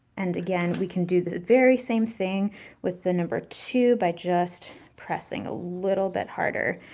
and again, we can do the very same thing with the number two, by just pressing a little bit harder.